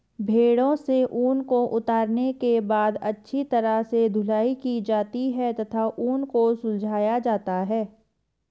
भेड़ों से ऊन को उतारने के बाद अच्छी तरह से धुलाई की जाती है तथा ऊन को सुलझाया जाता है